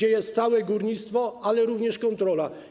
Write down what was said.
Tam jest całe górnictwo, ale również kontrola.